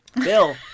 Bill